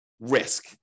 risk